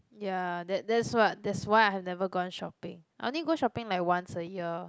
ya that that's what that's why I have never gone shopping I only go shopping like once a year